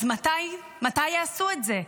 אז מתי יעשו את זה?